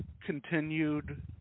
continued